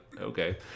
Okay